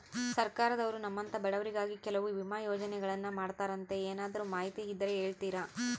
ಸರ್ಕಾರದವರು ನಮ್ಮಂಥ ಬಡವರಿಗಾಗಿ ಕೆಲವು ವಿಮಾ ಯೋಜನೆಗಳನ್ನ ಮಾಡ್ತಾರಂತೆ ಏನಾದರೂ ಮಾಹಿತಿ ಇದ್ದರೆ ಹೇಳ್ತೇರಾ?